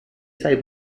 sei